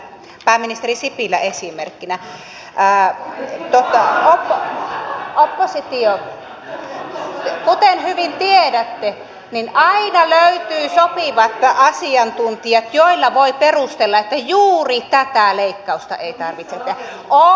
oppositio kuten hyvin tiedätte aina löytää sopivat asiantuntijat joilla voi perustella että juuri tätä leikkausta ei tarvitse tehdä